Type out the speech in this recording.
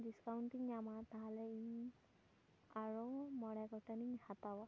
discounting ᱧᱟᱢᱟ ᱛᱟᱦᱚᱞᱮ ᱟᱨᱚ ᱢᱚᱬᱮ ᱜᱚᱴᱟᱝ ᱤᱧ ᱦᱟᱛᱟᱣᱟ